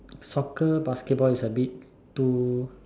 soccer basketball is a bit too